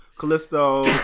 Callisto